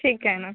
ठीक आहे ना